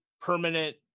permanent